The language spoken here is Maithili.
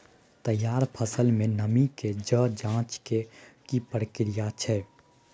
तैयार फसल में नमी के ज जॉंच के की प्रक्रिया छै?